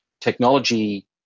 technology